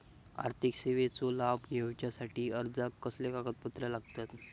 आर्थिक सेवेचो लाभ घेवच्यासाठी अर्जाक कसले कागदपत्र लागतत?